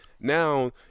Now